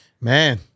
man